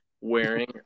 Wearing